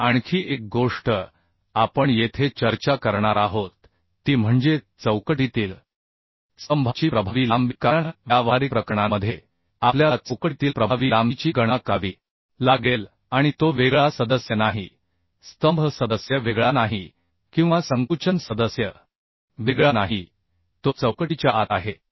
आता आणखी एक गोष्ट आपण येथे चर्चा करणार आहोत ती म्हणजे चौकटीतील स्तंभाची प्रभावी लांबी कारण व्यावहारिक प्रकरणांमध्ये आपल्याला चौकटीतील प्रभावी लांबीची गणना करावी लागेल आणि तो वेगळा सदस्य नाही स्तंभ सदस्य वेगळा नाही किंवा कॉम्प्रेशन सदस्य वेगळा नाही तो चौकटीच्या आत आहे